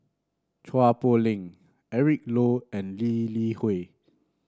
Chua Poh Leng Eric Low and Lee Li Hui